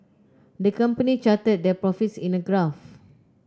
the company charted their profits in a graph